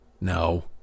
No